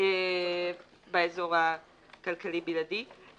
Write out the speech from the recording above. באזור הכלכלי בלעדי.